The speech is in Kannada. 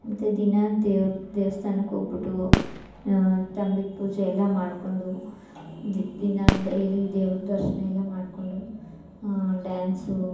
ಮತ್ತೆ ದಿನ ದೇವ್ರ ದೇವ್ಸ್ಥಾನಕ್ಕೆ ಹೋಗ್ಬಿಟ್ಟು ತಂಬಿಟ್ಟು ಪೂಜೆಯೆಲ್ಲ ಮಾಡಿಕೊಂಡು ದಿನ ಡೈಲಿ ದೇವ್ರ ದರ್ಶನ ಎಲ್ಲ ಮಾಡಿಕೊಂಡು ಡ್ಯಾನ್ಸು